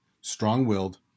strong-willed